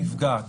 הנפגעת,